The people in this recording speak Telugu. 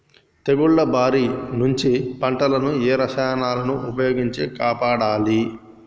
తెగుళ్ల బారి నుంచి పంటలను ఏ రసాయనాలను ఉపయోగించి కాపాడాలి?